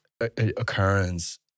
occurrence